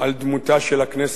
על דמותה של הכנסת.